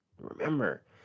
Remember